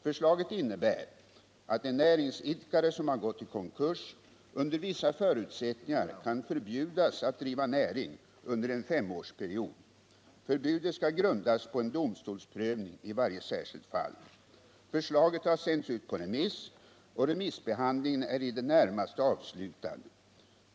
Förslaget innebär att en näringsidkare, som har gått i konkurs, under vissa förutsättningar kan förbjudas att driva näring under en femårsperiod. Förbudet skall grundas på en domstolsprövning i varje särskilt fall. Förslaget har sänts på remiss. Remissbehandlingen är i det närmaste avslutad.